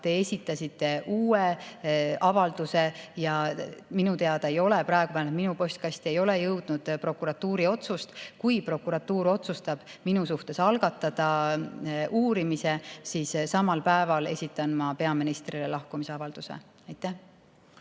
Teie esitasite uue avalduse, aga minu teada ei ole veel tehtud või praegu vähemalt minu postkasti ei ole jõudnud prokuratuuri otsust. Kui prokuratuur otsustab minu suhtes algatada uurimise, siis samal päeval esitan ma peaministrile lahkumisavalduse. Aitäh!